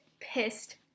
pissed